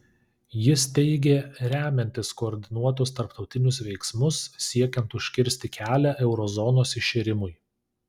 jis teigė remiantis koordinuotus tarptautinius veiksmus siekiant užkirsti kelią euro zonos iširimui